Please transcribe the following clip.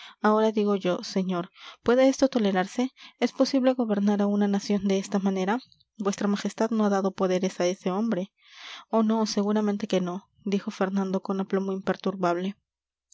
ahora digo yo señor puede esto tolerarse es posible gobernar a una nación de esta manera vuestra majestad no ha dado poderes a ese hombre oh no seguramente que no dijo fernando con aplomo imperturbable